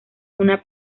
una